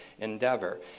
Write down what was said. endeavor